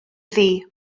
ddu